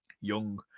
young